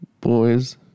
boys